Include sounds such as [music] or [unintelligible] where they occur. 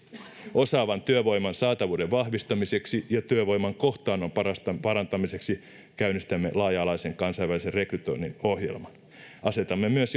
osaavan työvoiman saatavuuden vahvistamiseksi ja työvoiman kohtaannon parantamiseksi käynnistämme laaja alaisen kansainvälisen rekrytoinnin ohjelman asetamme johdollani myös [unintelligible]